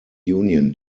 union